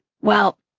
well,